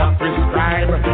prescribe